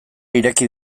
ireki